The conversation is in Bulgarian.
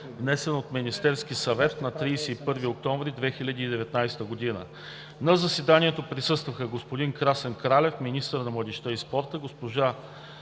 внесен от Министерския съвет на 31 октомври 2019 г. На заседанието присъстваха господин Красен Кралев – министър на младежта и спорта, госпожа